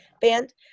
band